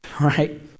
right